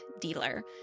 dealer